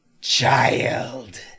child